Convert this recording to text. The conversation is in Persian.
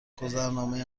گذرنامه